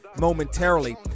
momentarily